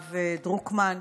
הרב דרוקמן.